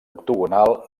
octogonal